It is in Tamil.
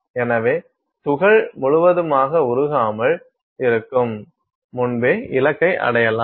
எனவே துகள் முழுவதுமாக உருகாமல் இருக்கும் முன்பே இலக்கை அடையலாம்